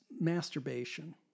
masturbation